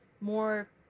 more